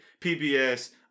PBS